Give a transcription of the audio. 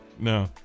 No